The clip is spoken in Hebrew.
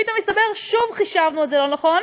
פתאום הסתבר: שוב חישבנו את זה לא נכון,